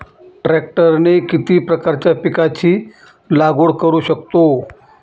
ट्रॅक्टरने किती प्रकारच्या पिकाची लागवड करु शकतो?